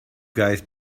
guys